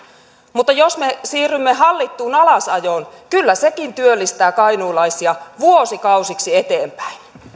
mutta jos me siirrymme hallittuun alasajoon kyllä sekin työllistää kainuulaisia vuosikausiksi eteenpäin